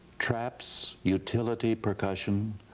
traps, utility percussion,